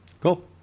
Cool